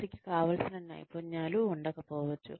వారికి కావాల్సిన నైపుణ్యాలు ఉండకపోవచ్చు